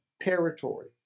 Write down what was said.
territory